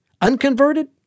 Unconverted